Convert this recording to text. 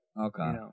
Okay